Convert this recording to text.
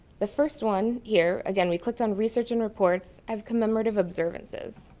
the first one here, again we clicked on research and reports of commemorative observances.